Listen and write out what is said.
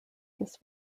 this